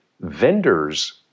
vendors